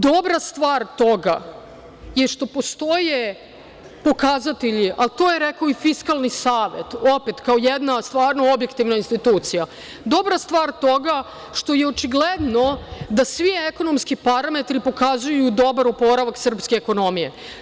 Dobra stvar toga je što postoje pokazatelji, a to je rekao i Fiskalni savet, opet, kao jedna stvarno objektivna institucija, dobra stvar toga što je očigledno da svi ekonomski parametri pokazuju dobar oporavak srpske ekonomije.